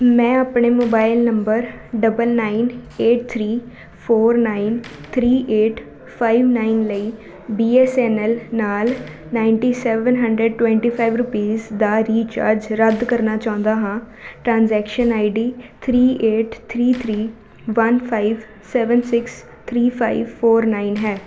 ਮੈਂ ਆਪਣੇ mobile number double nine eight three four nine three eight five nine ਲਈ B S N L ਨਾਲ ninety seven hundred twenty five rupees ਦਾ recharge ਰੱਦ ਕਰਨਾ ਚਾਹੁੰਦਾ ਹਾਂ transaction I D three eight three three one five seven six three five four nine ਹੈ